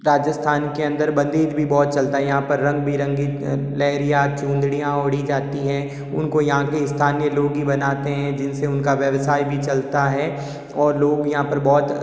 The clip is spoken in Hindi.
राजस्थान के अंदर बंधे भी बहुत चलता है यहाँ पर रंग बिरंगी लहरिया चुनदड़ियाँ ओढ़ी जाती हैं उनको यहाँ के स्थानीय लोग ही बनाते हैं जिनसे उनका व्यवसाय भी चलता है और लोग यहाँ पर बहुत